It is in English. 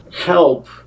help